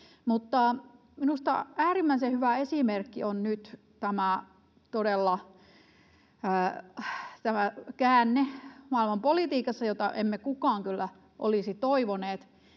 minusta äärimmäisen hyvä esimerkki on nyt todella tämä käänne maailmanpolitiikassa, jota emme kukaan kyllä olisi toivoneet,